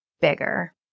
bigger